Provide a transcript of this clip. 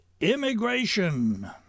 immigration